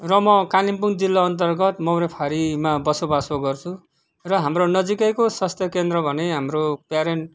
र म कालिम्पोङ जिल्ला अन्तर्गत मौराफारीमा बसोबास गर्छु र हाम्रो नजिकैको स्वास्थ्य केन्द्र भने हाम्रो प्यारेन्ट